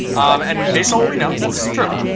and based on what we know, that's true,